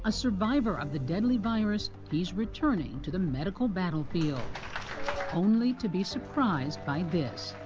ah survivor of the deadly virus, he's returning to the medical battlefield only to be surprised by this